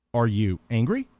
are you angry?